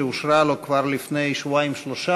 שאושרה לו כבר לפני שבועיים-שלושה,